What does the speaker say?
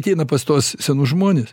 ateina pas tuos senus žmones